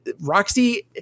Roxy